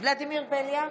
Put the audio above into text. ולדימיר בליאק,